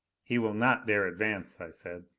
he will not dare advance, i said.